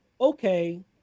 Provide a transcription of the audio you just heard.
okay